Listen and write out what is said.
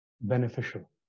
beneficial